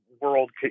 world